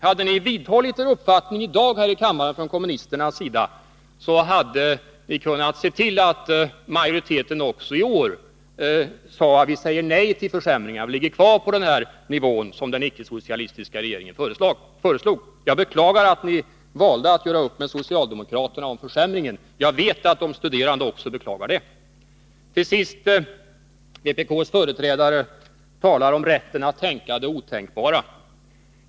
Hade ni vidhållit er uppfattning i dag, hade vi kunnat se till att majoriteten också i år hade sagt nej till försämringar av den nivå som den icke socialistiska regeringen föreslog. Jag beklagar att ni valde att göra upp med socialdemo kraterna om försämringen. Jag vet att de studerande också beklagar det. Vpk:s företrädare talar om rätten att tänka det otänkbara.